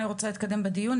אני רוצה להתקדם בדיון.